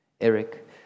Eric